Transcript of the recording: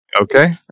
Okay